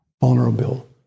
vulnerable